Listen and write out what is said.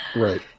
Right